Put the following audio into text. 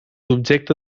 objecte